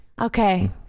Okay